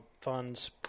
funds